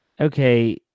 Okay